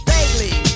Daily